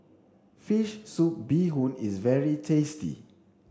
fish soup Bee Hoon is very tasty